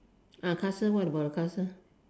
ah castle what about the castle